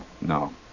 No